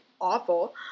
awful